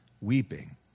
weeping